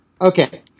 Okay